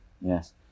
Yes